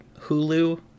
Hulu